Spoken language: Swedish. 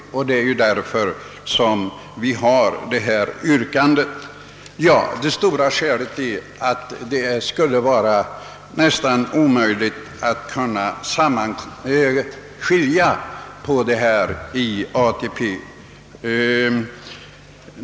Mot den önskade reformen har främst invänts att det skulle vara nästan omöjligt att skilja på sjukförsäkring och pensionering.